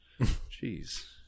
Jeez